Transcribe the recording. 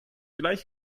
gleich